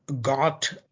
got